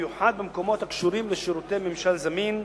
ובמיוחד במקומות הקשורים לשירותי ממשל זמין,